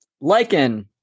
Lichen